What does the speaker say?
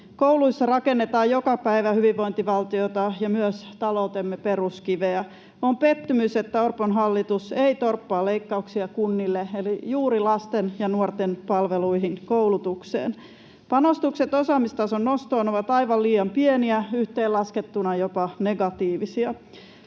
Kouluissa rakennetaan joka päivä hyvinvointivaltiota ja myös taloutemme peruskiveä. On pettymys, että Orpon hallitus ei torppaa leikkauksia kunnille eli juuri lasten ja nuorten palveluihin, koulutukseen. Panostukset osaamistason nostoon ovat aivan liian pieniä, yhteenlaskettuna jopa negatiivisia.